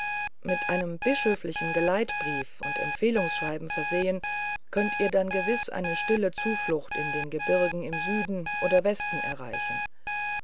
mit einem bischöflichen geleitsbrief und empfehlungsschreiben versehen könnt ihr dann gewiß eine stille zuflucht in den gebirgen im süden oder westen erreichen